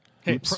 Hey